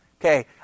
Okay